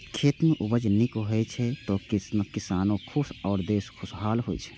खेत मे उपज नीक होइ छै, तो किसानो खुश आ देशो खुशहाल होइ छै